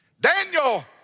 Daniel